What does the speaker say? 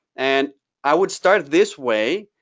and i would start it this way.